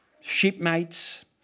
shipmates